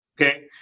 okay